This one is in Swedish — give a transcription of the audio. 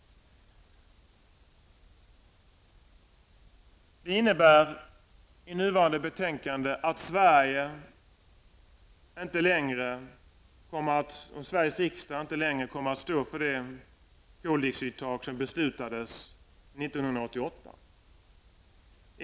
Nuvarande betänkande innebär att Sveriges riksdag inte längre kommer att stå för det koldioxidtak som beslutades 1988.